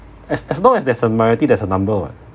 as as long as there's a minority there's a number [what]